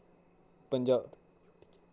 पंजा